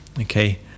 Okay